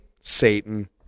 Satan